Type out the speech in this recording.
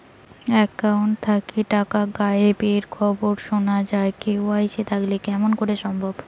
Account থাকি টাকা গায়েব এর খবর সুনা যায় কে.ওয়াই.সি থাকিতে কেমন করি সম্ভব?